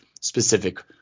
specific